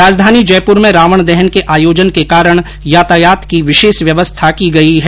राजधानी जयपुर में रावण दहन के आयोजन के कारण यातायात की विशेष व्यवस्था की गई है